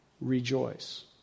Rejoice